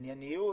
ענייניות,